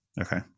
Okay